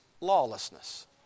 lawlessness